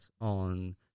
on